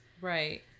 Right